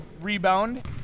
rebound